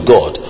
God